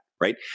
Right